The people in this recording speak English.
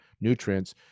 nutrients